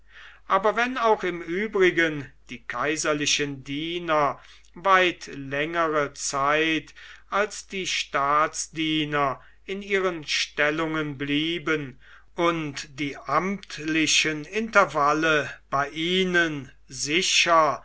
aber wenn auch im übrigen die kaiserlichen diener weit längere zeit als die staatsdiener in ihren stellungen blieben und die amtlichen intervalle bei ihnen sicher